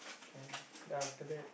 can ah then after that